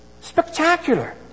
Spectacular